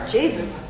Jesus